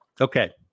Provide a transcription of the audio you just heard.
Okay